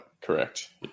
correct